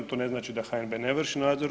To ne znači da HNB-e ne vrši nadzor.